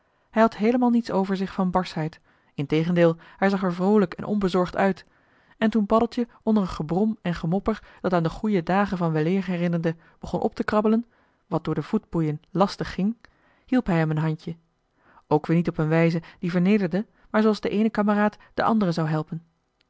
had heelemaal niets over zich van barschheid integendeel hij zag er vroolijk en onbezorgd uit en toen paddeltje onder een gebrom en gemopper dat aan de goeie dagen van weleer herinnerde begon op te krabbelen wat door de voetboeien lastig ging hielp hij hem een handje ook weer niet op een wijze die vernederde maar zooals de eene kameraad den anderen zou helpen